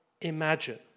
imagine